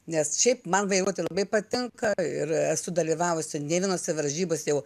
nes šiaip man vairuoti labai patinka ir esu dalyvavusi ne vienose varžybose jau